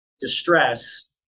distress